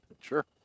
Sure